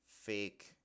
fake